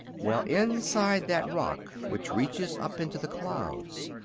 well, inside that rock, which reaches up into the clouds,